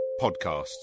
podcasts